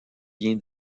bien